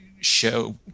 show